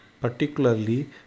particularly